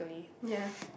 ya